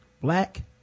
black